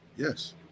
yes